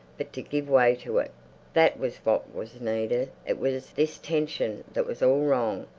but to give way to it that was what was needed. it was this tension that was all wrong.